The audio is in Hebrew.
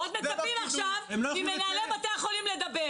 ועוד מצפים עכשיו ממנהלי בתי החולים לדבר.